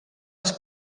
als